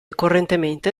correntemente